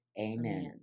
Amen